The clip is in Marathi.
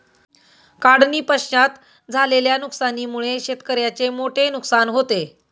काढणीपश्चात झालेल्या नुकसानीमुळे शेतकऱ्याचे मोठे नुकसान होते